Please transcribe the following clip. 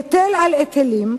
היטל על היטלים,